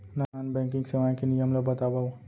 Non banking सेवाएं के नियम ला बतावव?